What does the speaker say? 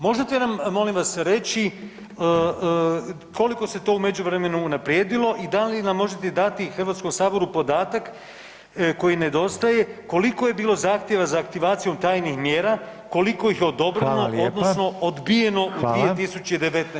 Možete nam molim vas reći koliko se to u međuvremenu unaprijedilo i da li nam možete dati HS podatak koji nedostaje, koliko je bilo zahtjeva za aktivacijom tajnih mjera, koliko ih je odobreno [[Upadica: Hvala lijepa]] odnosno odbijeno [[Upadica: Hvala]] u 2019.g.